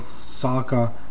soccer